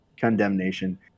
condemnation